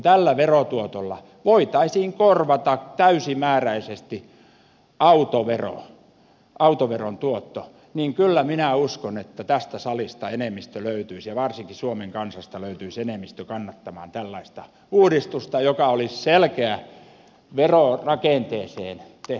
tällä verotuotolla voitaisiin korvata täysimääräisesti autoveron tuotto niin kyllä minä uskon että tästä salista enemmistö löytyisi ja varsinkin suomen kansasta löytyisi enemmistö kannattamaan tällaista uudistusta joka olisi selkeä verorakenteeseen tehty uudistus